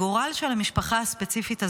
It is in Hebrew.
הגורל של המשפחה הספציפית הזאת,